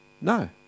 No